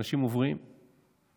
שאנשים עוברים לכרמיאל,